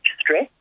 stress